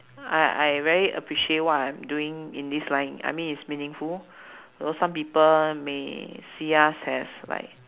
I I very appreciate what I am doing in this line I mean it's meaningful though some people may see us as like